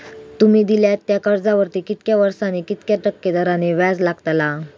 तुमि दिल्यात त्या कर्जावरती कितक्या वर्सानी कितक्या टक्के दराने व्याज लागतला?